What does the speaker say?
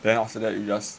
then after that you just